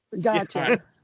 Gotcha